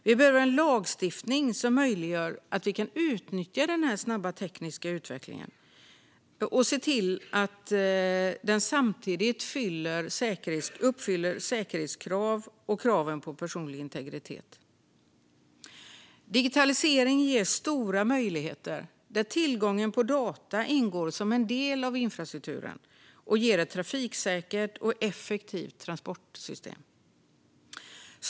Vi behöver ha en lagstiftning som möjliggör att vi kan utnyttja denna snabba tekniska utveckling och se till att den samtidigt uppfyller säkerhetskrav och kraven på personlig integritet. Digitaliseringen ger stora möjligheter där tillgången på data ingår som en del av infrastrukturen och ger ett trafiksäkert och effektivt transportsystem.